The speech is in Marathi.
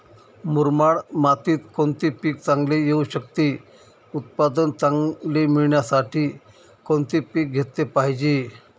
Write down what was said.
मुरमाड मातीत कोणते पीक चांगले येऊ शकते? उत्पादन चांगले मिळण्यासाठी कोणते पीक घेतले पाहिजे?